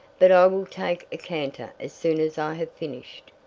but i will take a canter as soon as i have finished,